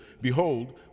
behold